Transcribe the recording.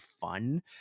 fun